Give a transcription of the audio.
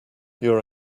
your